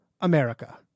America